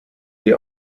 sie